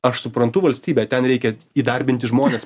aš suprantu valstybę ten reikia įdarbinti žmones